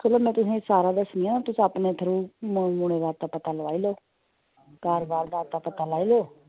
चलो में तुसेंगी सारा दस्सनीं आं में तुसेंगी अपने थ्रू मुड़ै दा पता लाई लैओ घर बाहर दा पता लाई लैओ